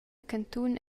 cantun